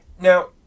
Now